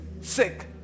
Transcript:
sick